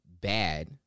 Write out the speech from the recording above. bad